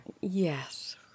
Yes